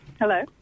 Hello